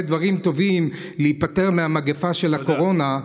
דברים טובים כדי להיפטר ממגפת קורונה,